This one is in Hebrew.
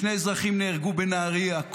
שני אזרחים נהרגו בנהרייה.